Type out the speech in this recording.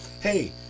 Hey